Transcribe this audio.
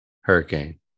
hurricane